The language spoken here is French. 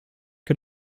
que